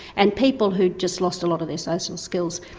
and people who'd just lost a lot of their social skills.